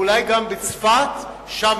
או אולי גם בצפת, שם